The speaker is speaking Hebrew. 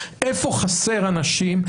איפה חסר אנשים,